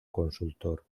consultor